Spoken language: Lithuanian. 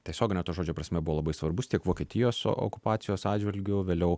tiesiogine to žodžio prasme buvo labai svarbus tiek vokietijos okupacijos atžvilgiuvėliau